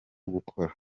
gukora